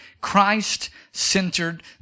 Christ-centered